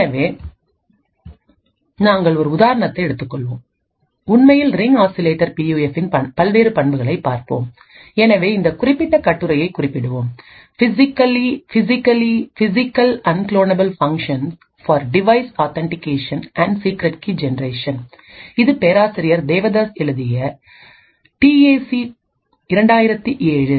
எனவே நாங்கள் ஒரு உதாரணத்தை எடுத்துக்கொள்வோம் உண்மையில் ரிங் ஆசிலேட்டர் பியூஎஃப்பின் பல்வேறு பண்புகளைப் பார்ப்போம் எனவே இந்த குறிப்பிட்ட கட்டுரையை குறிப்பிடுவோம் "physically unclonable functions for device authentication மற்றும் சீக்ரெட் கீ ஜெனரேஷன்" இது பேராசிரியர் தேவதாஸ் எழுதியது டிஏசி 2007